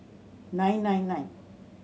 nine nine nine